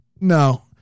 No